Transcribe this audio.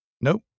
nope